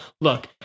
Look